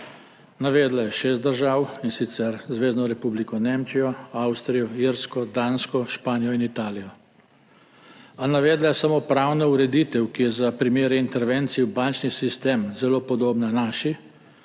Navedla je šest držav, in sicer Zvezno republiko Nemčijo, Avstrijo, Irsko, Dansko, Španijo in Italijo. A navedla je samo pravno ureditev, ki je za primere intervencij v bančni sistem zelo podobna naši,